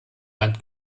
wand